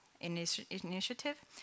initiative